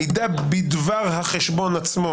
מידע בדבר החשבון עצמו,